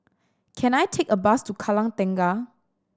can I take a bus to Kallang Tengah